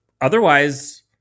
Otherwise